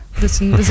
listen